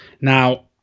Now